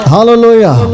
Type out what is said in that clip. Hallelujah